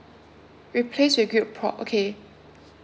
replace with grilled pork